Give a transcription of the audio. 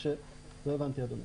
לא הבנתי, אדוני.